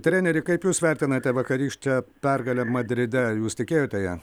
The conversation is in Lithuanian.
treneri kaip jūs vertinate vakarykštę pergalę madride ar jūs tikėjote ja